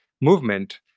movement